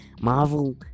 Marvel